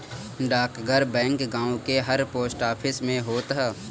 डाकघर बैंक गांव के हर पोस्ट ऑफिस में होत हअ